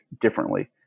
differently